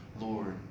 Lord